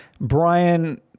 brian